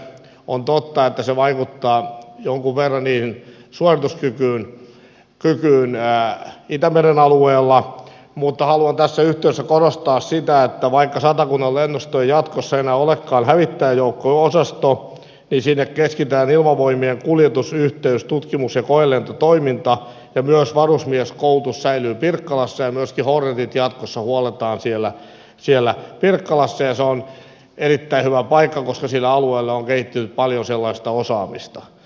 on totta että se vaikuttaa jonkun verran niiden suorituskykyyn itämeren alueella mutta haluan tässä yh teydessä korostaa sitä että vaikka satakunnan lennosto ei jatkossa enää olekaan hävittäjäjoukko osasto niin sinne keskitetään ilmavoimien kuljetus yhteys tutkimus ja koelentotoiminta ja myös varusmieskoulutus säilyy pirkkalassa ja myöskin hornetit jatkossa huolletaan siellä pirkkalassa ja se on erittäin hyvä paikka koska sille alueelle on kehittynyt paljon sellaista osaamista